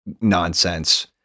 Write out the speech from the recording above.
nonsense